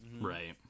right